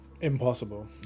Impossible